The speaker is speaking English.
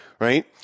right